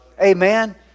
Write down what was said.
Amen